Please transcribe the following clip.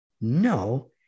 No